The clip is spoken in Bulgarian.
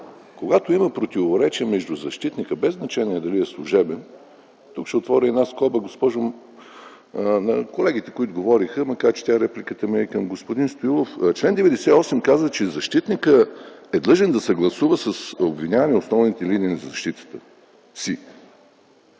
когато има противоречие между защитника, без значение дали е служебен...Тук ще отворя една скоба, макар че репликата ми е към господин Стоилов, чл. 98 казва, че защитникът е длъжен да съгласува с обвиняемия основните линии на защитата си.